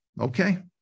okay